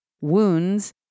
wounds